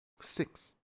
Six